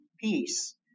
peace